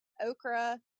okra